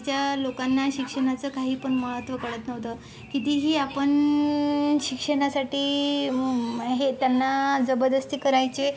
आधीच्या लोकांना शिक्षणाचं काही पण महत्त्व कळत नव्हतं कितीही आपण शिक्षणासाठी हे त्यांना जबरदस्ती करायचे